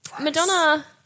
Madonna